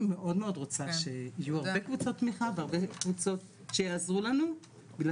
מאוד רוצה שיהיו הרבה קבוצות תמיכה והרבה קבוצות שיעזרו לנו בגלל